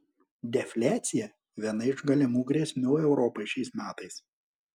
defliacija viena iš galimų grėsmių europai šiais metais